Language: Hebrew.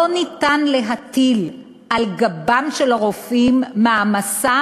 לא ניתן להטיל על גבם של הרופאים מעמסה